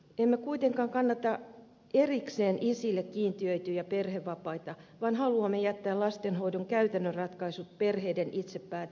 emme kuitenkaan kannata erikseen isille kiintiöityjä perhevapaita vaan haluamme jättää lastenhoidon käytännön ratkaisut perheiden itse päätettäväksi